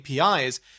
APIs